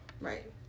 Right